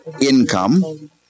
income